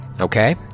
Okay